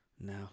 no